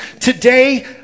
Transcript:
today